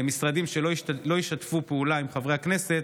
משרדים שלא ישתפו פעולה עם חברי הכנסת,